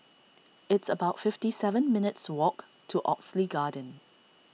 it's about fifty seven minutes' walk to Oxley Garden